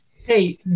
hey